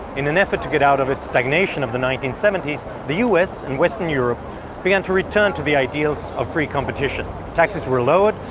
in an effort to get out of its stagnation of the nineteen seventy s, the u s. and western europe began to return to the ideals of free competition. taxes were lowered,